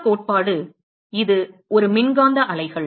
மற்ற கோட்பாடு இது ஒரு மின்காந்த அலைகள்